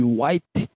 White